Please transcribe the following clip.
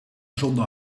zonder